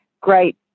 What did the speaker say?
great